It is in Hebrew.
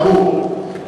ברור.